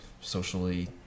socially